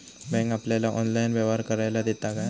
Bank आपल्याला online व्यवहार करायला देता काय?